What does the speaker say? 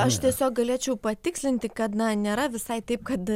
aš tiesiog galėčiau patikslinti kad na nėra visai taip kad